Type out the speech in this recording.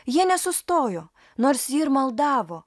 jie nesustojo nors ji ir maldavo